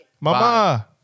Mama